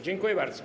Dziękuję bardzo.